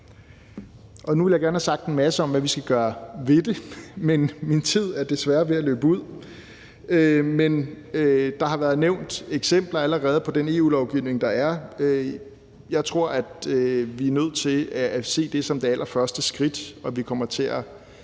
Nu ville jeg gerne have sagt masse om, hvad vi skal gøre ved det, men min tid er desværre ved at løbe ud. Men der har allerede været nævnt eksempler på den EU-lovgivning, der er. Jeg tror, at vi er nødt til at se det som det allerførste skridt, og at vi kommer til at